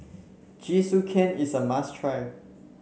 Jingisukan is a must try